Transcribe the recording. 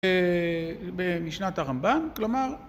במשנת הרמב״ן, כלומר